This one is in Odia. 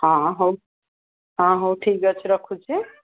ହଁ ହଉ ହଁ ହଉ ଠିକ୍ ଅଛି ରଖୁଛି